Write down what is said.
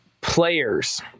players